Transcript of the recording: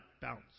bounce